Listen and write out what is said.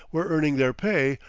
were earning their pay,